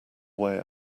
way